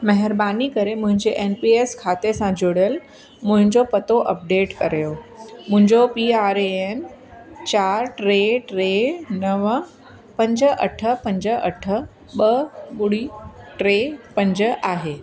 महिरबानी करे मुंहिंजे एन पी एस खाते सां जुड़ियल मुंहिंजो पतो अपडेट कयो मुंहिंजो पी आर ए एन चार टे टे नव पंज अठ पंज अठ ॿ ॿुड़ी टे पंज आहे